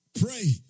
pray